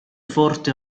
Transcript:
forte